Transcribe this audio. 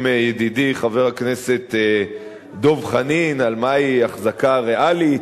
ידידי חבר הכנסת דב חנין על מהי אחזקה ריאלית.